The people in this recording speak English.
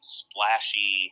splashy